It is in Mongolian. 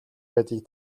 байдгийг